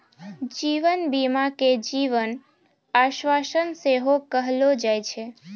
जीवन बीमा के जीवन आश्वासन सेहो कहलो जाय छै